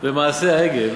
במעשה העגל